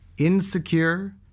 Insecure